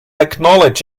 acknowledge